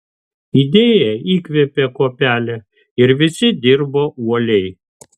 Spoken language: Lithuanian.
idėja įkvėpė kuopelę ir visi dirbo uoliai